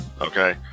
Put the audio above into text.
okay